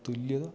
തുല്യത